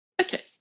Okay